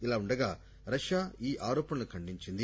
ఇలావుండగా రష్యా ఈ ఆరోపణలను ఖండించింది